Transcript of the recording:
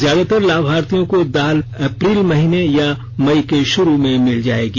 ज्यादातर लाभार्थियों को दाल पहले महीने अप्रैल या मई के शुरू में मिल जाएगी